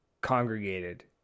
congregated